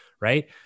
Right